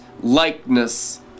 likeness